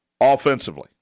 offensively